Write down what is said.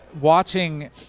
watching